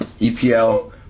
EPL